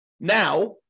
now